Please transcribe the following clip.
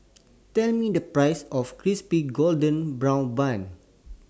Tell Me The Price of Crispy Golden Brown Bun